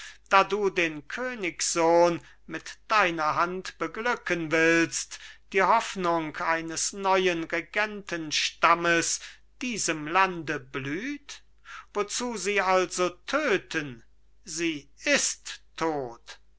da du den königssohn mit deiner hand beglücken willst die hoffnung eines neuen regentenstammes diesem lande blüht wozu sie also töten sie ist tot